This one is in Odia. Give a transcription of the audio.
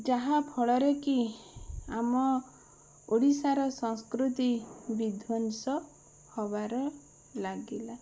ଯାହା ଫଳରେକି ଆମ ଓଡ଼ିଶାର ସଂସ୍କୃତି ବିଧ୍ଵଂସ ହେବାରେ ଲାଗିଲା